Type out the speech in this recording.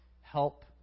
help